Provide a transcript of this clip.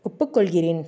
ஒப்புக்கொள்கிறேன்